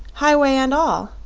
highway and all.